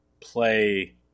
play